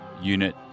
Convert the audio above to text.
Unit